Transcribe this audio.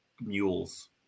mules